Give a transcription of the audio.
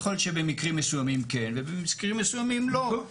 יכול להיות שבמקרים מסוימים כן ובמקרים מסוימים לא.